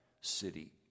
city